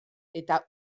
eta